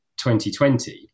2020